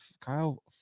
Kyle